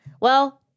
Well-